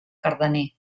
cardener